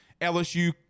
LSU